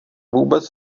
vůbec